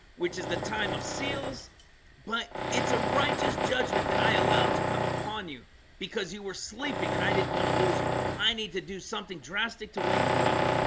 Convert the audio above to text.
which is the time of seals but it's a righteous judgment that i allowed to come upon you because you were sleeping and i didn't want to lose you. i need to do something drastic to wake you up